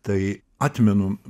tai atmenu